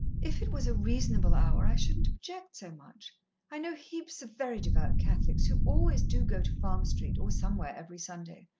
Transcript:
if it was a reasonable hour i shouldn't object so much i know heaps of very devout catholics who always do go to farm street or somewhere every sunday,